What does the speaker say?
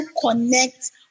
connect